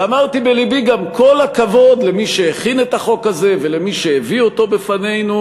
ואמרתי בלבי גם כל הכבוד למי שהכין את החוק הזה ולמי שהביא אותו בפנינו,